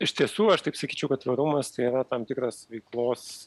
iš tiesų aš taip sakyčiau kad tvarumas tai yra tam tikras veiklos